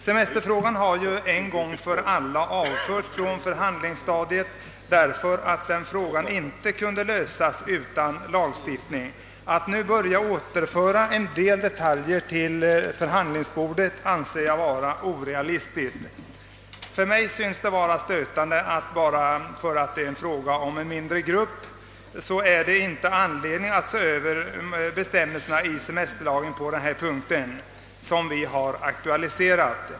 Semesterfrågan har ju en gång för alla avförts från förhandlingsstadiet, därför att frågan inte kunde lösas utan lagstiftning. Att nu börja återföra en del detaljer till förhandlingsbordet, anser jag vara orealistiskt. För mig synes det stötande, att man bara därför att det är fråga om en mindre grupp inte skulle ha anledning att se över bestämmelserna i semesterlagen på den punkt som vi motionärer har aktualiserat.